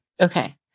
Okay